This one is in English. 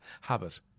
habit